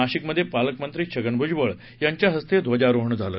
नाशिकमध्ये पालकमंत्री छगन भुजबळ यांच्या हस्ते ध्वजारोहण झालं